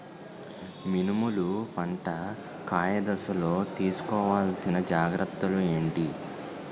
మినుములు పంట కాయ దశలో తిస్కోవాలసిన జాగ్రత్తలు ఏంటి?